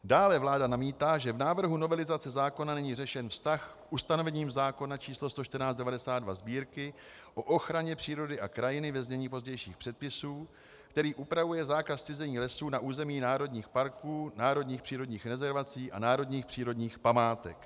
Dále vláda namítá, že v návrhu novelizace zákona není řešen vztah k ustanovením zákona č. 114/1992 Sb., o ochraně přírody a krajiny, ve znění pozdějších předpisů, který upravuje zákaz zcizení lesů na území národních parků, národních přírodních rezervací a národních přírodních památek.